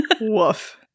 Woof